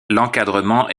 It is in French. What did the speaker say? l’encadrement